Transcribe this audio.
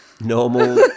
Normal